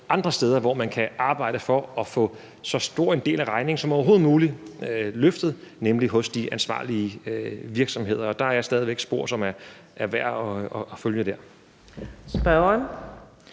andre steder, hvor man kan arbejde på at få så stor en del af regningen som overhovedet muligt løftet, nemlig hos de ansvarlige virksomheder. Der er stadig væk spor, som er værd at følge. Kl.